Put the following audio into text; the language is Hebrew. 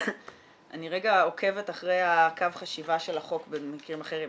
אני רגע עוקבת אחרי הקו חשיבה של החוק במקרים אחרים,